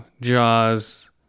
jaws